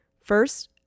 first